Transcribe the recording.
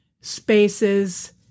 spaces